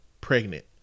pregnant